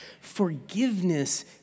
forgiveness